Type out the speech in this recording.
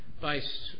based